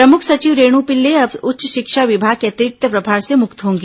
प्रमुख सचिव रेणु पिल्ले अब उच्च शिक्षा विभाग के अतिरिक्त प्रभार से मुक्त होंगी